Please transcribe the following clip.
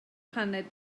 paned